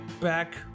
Back